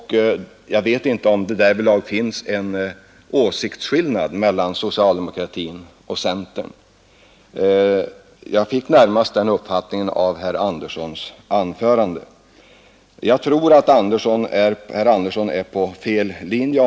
Jag vet inte om det därvidlag finns en åsiktsskillnad mellan socialdemokraterna och centern. Jag fick uppfattningen av herr Anderssons anförande att så skulle vara fallet. Jag tror att herr Andersson då är på fel spår.